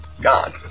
gone